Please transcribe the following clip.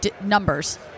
numbers